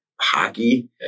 hockey